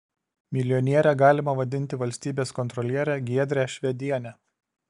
milijoniere galima vadinti valstybės kontrolierę giedrę švedienę